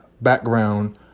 background